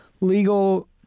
legal –